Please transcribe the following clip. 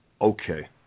Okay